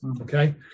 Okay